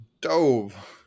dove